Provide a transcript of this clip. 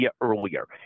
earlier